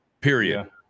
period